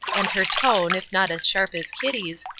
and her tone, if not as sharp as kitty's,